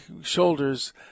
shoulders